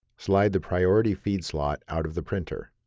slide the priority feed slot out of the printer.